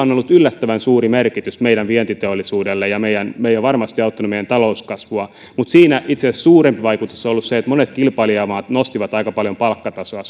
on ollut yllättävän suuri merkitys meidän vientiteollisuudelle ja se on varmasti auttanut meidän talouskasvua mutta siinä itse asiassa suurempi vaikutus on ollut sillä että monet kilpailijamaat nostivat aika paljon palkkatasoa